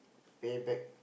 pay back